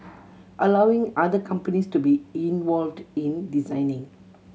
allowing other companies to be involved in designing